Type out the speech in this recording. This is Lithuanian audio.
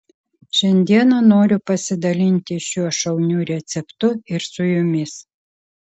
šiandieną noriu pasidalinti šiuo šauniu receptu ir su jumis